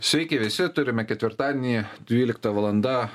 sveiki visi turime ketvirtadienį dvylikta valanda